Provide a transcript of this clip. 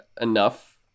enough